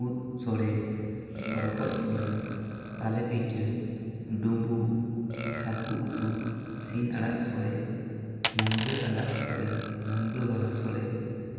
ᱩᱫ ᱥᱚᱲᱮ ᱨᱚᱠᱚᱡᱽ ᱥᱚᱲᱮ ᱛᱟᱞᱮ ᱯᱤᱴᱷᱟᱹ ᱰᱩᱵᱩᱜ ᱦᱟᱹᱠᱩ ᱩᱛᱩ ᱥᱤᱧ ᱟᱲᱟᱜ ᱥᱚᱲᱮ ᱢᱩᱱᱜᱟᱹ ᱟᱲᱟᱜ ᱥᱚᱲᱮ ᱢᱩᱱᱜᱟᱹ ᱵᱟᱦᱟ ᱥᱚᱲᱮ